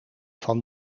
van